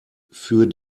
für